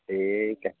এই কা